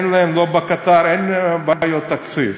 לא בקטאר, אין להם בעיות תקציב.